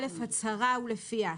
(א)הצהרה ולפיה,